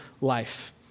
life